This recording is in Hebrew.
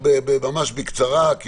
בקצרה.